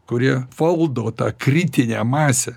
kurie valdo tą kritinę masę